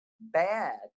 bad